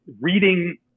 reading